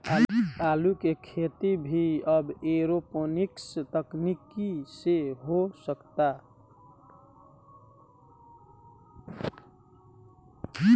आलू के खेती भी अब एरोपोनिक्स तकनीकी से हो सकता